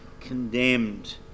condemned